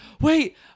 wait